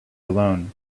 alone